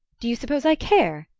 do you suppose i care?